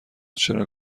چرا